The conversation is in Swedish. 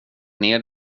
ner